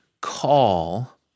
call